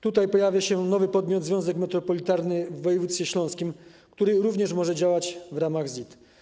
Tutaj pojawia się nowy podmiot: związek metropolitalny w województwie śląskim, który również może działać w ramach ZIT.